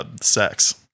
sex